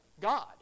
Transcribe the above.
God